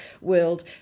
world